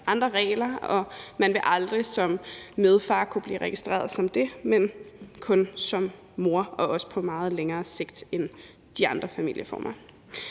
andre regler, og man vil aldrig som medfar kunne blive registreret som det, men kun som mor – og også på meget længere sigt end i de andre familieformer.